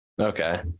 Okay